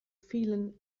vielen